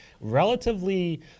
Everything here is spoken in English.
Relatively